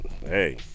Hey